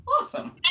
awesome